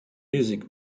music